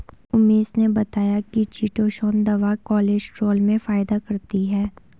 उमेश ने बताया कि चीटोसोंन दवा कोलेस्ट्रॉल में फायदा करती है